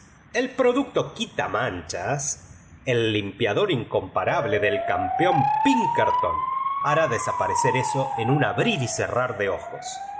el producto quitamanchas el limpiador incomparable del campeón pinkerton hará desaparecer eso en im abrir y cerrar de ojos